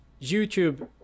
YouTube